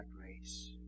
grace